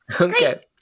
Okay